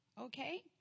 Okay